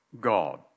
God